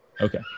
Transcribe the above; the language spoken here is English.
Okay